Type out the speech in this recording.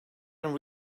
and